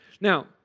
Now